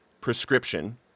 prescription